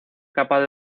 capaz